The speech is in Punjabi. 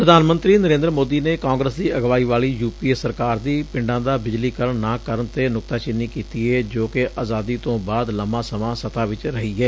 ਪ੍ਰਧਾਨ ਮੰਤਰੀ ਨਰੇਂਦਰ ਮੋਦੀ ਨੇ ਕਾਂਗਰਸ ਦੀ ਅਗਵਾਈ ਵਾਲੀ ਯੁ ਪੀ ਏ ਸਰਕਾਰ ਦੀ ਪਿੰਡਾਂ ਦਾ ਬਿਜਲੀਕਰਨ ਨਾ ਕਰਨ ਤੇ ਨੁਕਤਾਚੀਨੀ ਕੀਤੀ ਏ ਜੋ ਕਿ ਆਜ਼ਾਦੀ ਤੋਂ ਬਾਅਦ ਲੰਮਾ ਸਮਾਂ ਸੱਤਾ ਵਿਚ ਰਹੀ ਏ